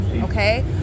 okay